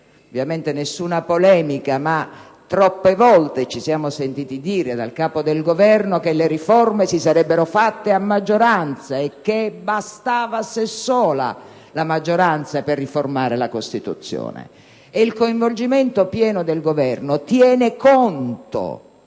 intenzione polemica, ma troppe volte ci siamo sentiti dire dal Capo del Governo che le riforme si sarebbero fatte a maggioranza e che la maggioranza bastava a sé sola per riformare la Costituzione. Il coinvolgimento pieno del Governo tiene conto